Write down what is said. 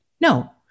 No